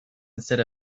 instead